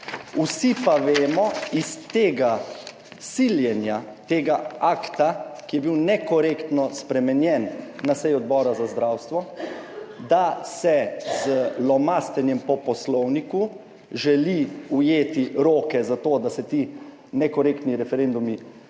Vsi pa vemo iz tega siljenja tega akta, ki je bil nekorektno spremenjen na seji Odbora za zdravstvo, da se z lomastenjem po Poslovniku želi ujeti roke za to, da se ti nekorektni referendumi